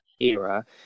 era